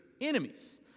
enemies